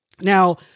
Now